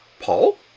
Paul